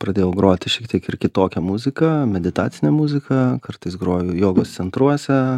pradėjau groti šiek tiek ir kitokią muziką meditacinę muziką kartais groju jogos centruose